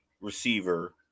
receiver